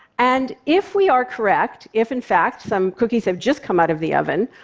and if we are correct, if in fact some cookies have just come out of the oven,